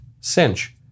Cinch